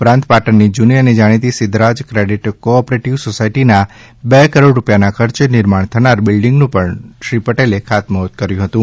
ઉપરાંત પાટણની જૂની અને જાણીતી સિદ્ધરાજ ક્રેડિટ ક્રો ઓપરેટિવ સોસાયટીના બે કરોડ રૂપિયા ખર્ચે નિર્માણ થનાર બિલ્ડીંગનું પણ શ્રી પટેલે ખાતમુહૂર્ત કર્યું હતું